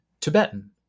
Tibetan